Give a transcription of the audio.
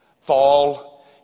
fall